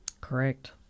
Correct